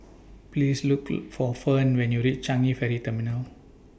Please Look For Ferne when YOU REACH Changi Ferry Terminal